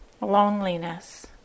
loneliness